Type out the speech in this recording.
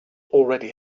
already